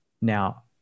Now